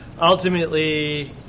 ultimately